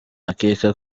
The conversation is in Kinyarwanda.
akeka